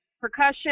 percussion